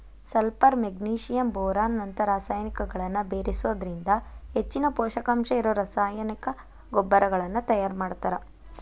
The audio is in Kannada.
ಸಲ್ಪರ್ ಮೆಗ್ನಿಶಿಯಂ ಬೋರಾನ್ ನಂತ ರಸಾಯನಿಕಗಳನ್ನ ಬೇರಿಸೋದ್ರಿಂದ ಹೆಚ್ಚಿನ ಪೂಷಕಾಂಶ ಇರೋ ರಾಸಾಯನಿಕ ಗೊಬ್ಬರಗಳನ್ನ ತಯಾರ್ ಮಾಡ್ತಾರ